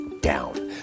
down